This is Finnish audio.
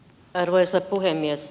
arvoisa puhemies